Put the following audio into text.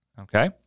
Okay